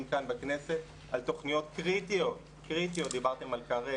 כאן בכנסת על תוכניות קריטיות קריטיות דיברתם על קרב,